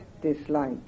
dislike